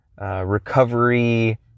recovery